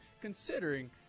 considering